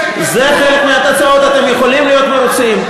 אתם יכולים להיות מרוצים.